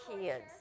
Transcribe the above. kids